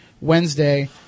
Wednesday